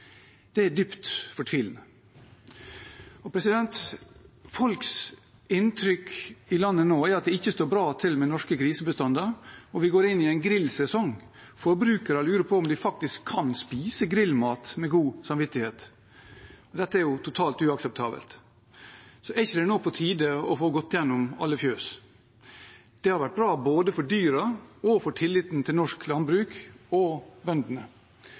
Det er dypt fortvilende. Inntrykket til folk i landet nå er at det ikke står bra til med den norske grisebestanden. Vi går inn i en grillsesong, og forbrukerne lurer på om de faktisk kan spise grillmat med god samvittighet, for dette er jo totalt uakseptabelt. Er det ikke nå på tide å få gått gjennom alle fjøs? Det hadde vært bra både for dyrene og for tilliten til norsk landbruk og